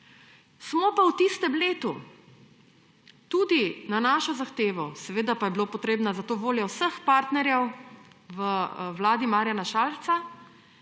Smo pa v tistem letu tudi na našo zahtevo, seveda pa je bila potrebna za to volja vseh partnerjev v vladi Marjana Šarca,